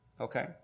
Okay